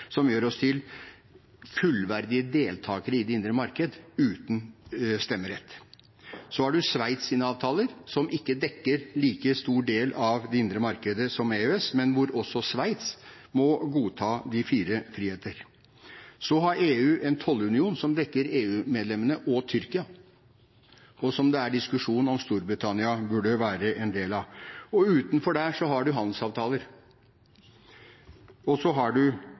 det indre marked, uten stemmerett. Så har man Sveits’ avtaler, som ikke dekker en like stor del av det indre markedet som EØS, men hvor også Sveits må godta de fire friheter. Så har EU en tollunion som dekker EU-medlemmene og Tyrkia, og som det er en diskusjon om Storbritannia burde være en del av. Og utenfor der har man handelsavtaler, og man har